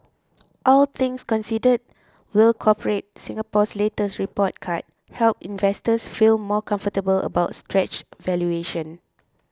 all things considered will Corporate Singapore's latest report card help investors feel more comfortable about stretched valuations